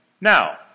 Now